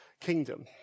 kingdom